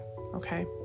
okay